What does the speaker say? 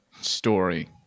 story